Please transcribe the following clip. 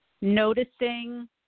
Noticing